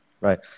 Right